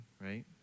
right